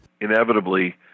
Inevitably